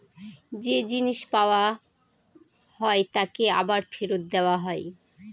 যে জিনিস পাওয়া হয় তাকে আবার ফেরত দেওয়া হয়